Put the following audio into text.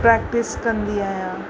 practice कंदी आहियां